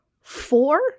Four